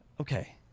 okay